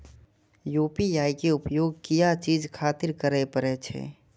UPI के उपयोग किया चीज खातिर करें परे छे?